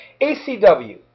ACW